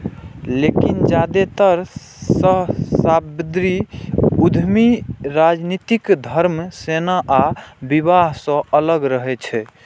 लेकिन जादेतर सहस्राब्दी उद्यमी राजनीति, धर्म, सेना आ विवाह सं अलग रहै छै